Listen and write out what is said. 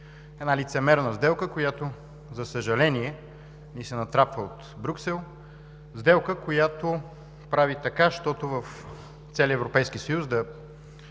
Една лицемерна сделка, която, за съжаление, ни се натрапва от Брюксел, сделка, която прави така щото в целия Европейски съюз да